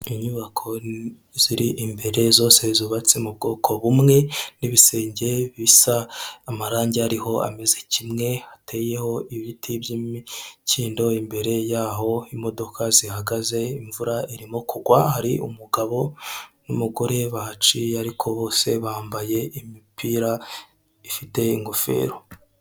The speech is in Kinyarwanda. Inyubako ziri imbere zose zubatse mu bwoko bumwe n'ibisenge bisa amarangi ariho ameze kimwe, hateyeho ibiti by'imikindo, imbere y'aho imodoka zihagaze, imvura irimo kugwa, hari umugabo n'umugore bahaciye ariko bose bambaye imipira ifite ingofero.